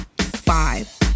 Five